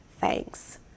thanks